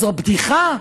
זו בדיחה.